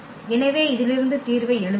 எனவே இதிலிருந்து தீர்வை எழுதுங்கள்